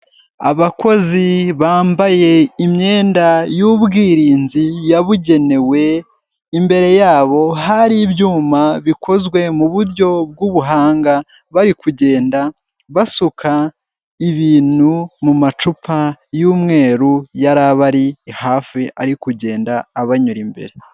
Abakozi bambaye imyenda y'ubwirinzi yabugenewe, imbere yabo hari ibyuma bikozwe mu buryo bw'ubuhanga bari kugenda basuka ibintu mu macupa y'umweru yari abari hafi ari kugenda abanyura imbere.